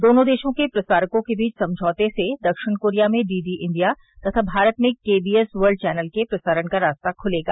दोनों देशों के प्रसारकों के बीच समझौते से दक्षिण कोरिया में डीडी इंडिया तथा भारत में केबीएस वर्लड चैनल के प्रसारण का रास्ता खुलेगा